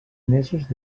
mesos